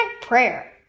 prayer